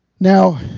now,